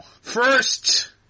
First